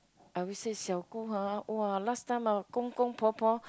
I always say xiao gong [huh] !wah! last time ah gong gong po po